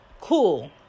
Cool